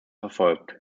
verfolgt